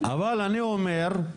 אבל אני אומר,